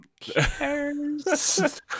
cares